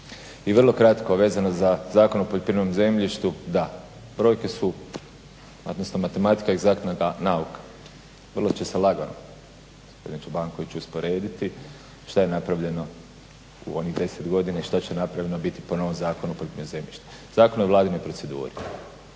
I vrlo kratko vezano za Zakon o poljoprivrednom zemljištu, da, brojke su, odnosno matematika je egzaktna nauka. Vrlo će se lagano gospodine Čobankoviću, usporediti šta je napravljeno u ovih deset godina, i što će napravljeno biti po novom Zakonu o poljoprivrednom zemljištu. Zakon je u Vladinoj proceduri.